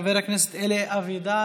חבר הכנסת אלי אבידר,